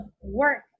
work